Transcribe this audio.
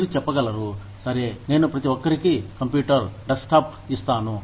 మీరు చెప్పగలరు సరే నేను ప్రతి ఒక్కరికి కంప్యూటర్ డెస్క్ టాప్ ఇస్తాను